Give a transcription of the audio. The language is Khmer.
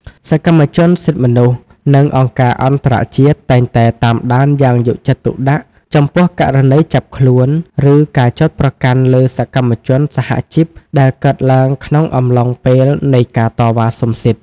សកម្មជនសិទ្ធិមនុស្ស និងអង្គការអន្តរជាតិតែងតែតាមដានយ៉ាងយកចិត្តទុកដាក់ចំពោះករណីចាប់ខ្លួន ឬការចោទប្រកាន់លើសកម្មជនសហជីពដែលកើតឡើងក្នុងអំឡុងពេលនៃការតវ៉ាសុំសិទ្ធិ។